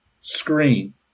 screen